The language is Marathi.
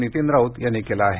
नितीन राऊत यांनी केलं आहे